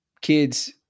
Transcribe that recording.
kids